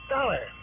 Dollar